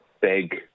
big